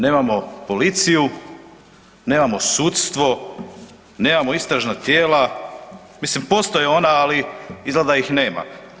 Nemamo policiju, nemamo sudstvo, nemamo istražna tijela, mislim, postoje ona ali izgleda da ih nema.